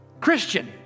Christian